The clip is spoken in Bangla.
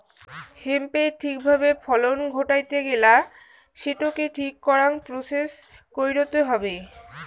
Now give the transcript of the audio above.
হেম্পের ঠিক ভাবে ফলন ঘটাইতে গেলা সেটোকে ঠিক করাং প্রসেস কইরতে হবে